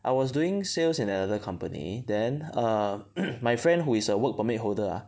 I was doing sales in another company then err my friend who is a work permit holder ah